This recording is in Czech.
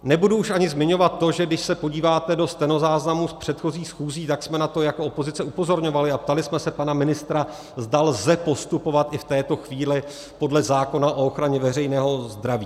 Nebudu už ani zmiňovat to, že když se podíváte do stenozáznamů z předchozích schůzí, tak jsme na to jako opozice upozorňovali a ptali jsme se pana ministra, zda lze postupovat i v této chvíli podle zákona o ochraně veřejného zdraví.